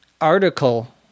article